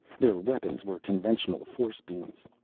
their weapons were conventional force beams.